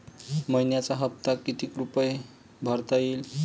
मइन्याचा हप्ता कितीक रुपये भरता येईल?